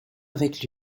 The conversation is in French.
avec